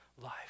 life